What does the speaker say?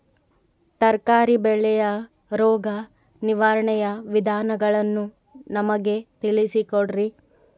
ತರಕಾರಿ ಬೆಳೆಯ ರೋಗ ನಿರ್ವಹಣೆಯ ವಿಧಾನಗಳನ್ನು ನಮಗೆ ತಿಳಿಸಿ ಕೊಡ್ರಿ?